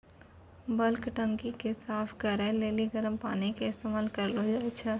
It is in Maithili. बल्क टंकी के साफ करै लेली गरम पानी के इस्तेमाल करलो जाय छै